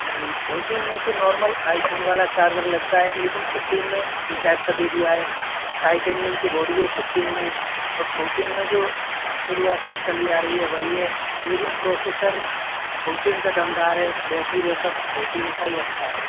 जी fourteen में तो normal iPhone वाला चार्जर लगता है लेकिन फिफ्टीन में सी टाइप का दे दिया है टाइटेनियम की बॉडी है फिफ्टीन में और फोरटीन में जो शुरुआत से चली आ रही है वही है लेकिन प्रोसेसर फोरटीन का दमदार है बैटरी बैकअप फोरटीन का ही अच्छा है